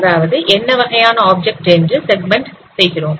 அதாவது என்ன வகையான ஆப்ஜெக்ட் என்று செக்மெண்ட் செய்கிறோம்